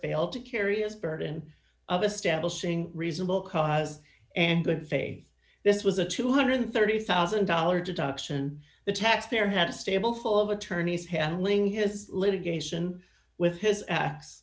failed to carry as burden of establishing reasonable cause and good faith this was a two hundred and thirty thousand dollars deduction the taxpayer had stable full of attorneys handling his litigation with his acts